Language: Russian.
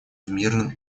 мирном